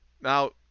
Now